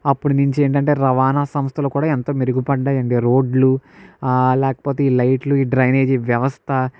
అప్పుడినించి ఏంటంటే రవాణా సంస్థలు కూడా ఎంతో మెరుగుపడ్డాయండి రోడ్లు లేకపోతే ఈ లైట్లు ఈ డ్రైనేజీ వ్యవస్థ